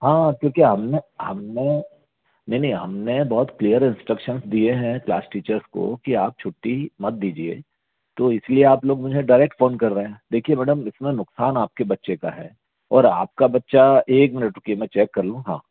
हाँ क्योंकि हम ने हम ने नहीं नहीं हम ने बहुत क्लियर इन्सट्रकसन दिए हैं क्लास टीचर्स को कि आप छुट्टी मत दीजिए तो इस लिए आप लोग मुझे डायरेक्ट फ़ोन कर रहे हैं देखिए मैडम इसमें नुक़सान आपका है बच्चे का है और आपका बच्चा एक मिनट रुकिए मैं चेक कर लूँ हाँ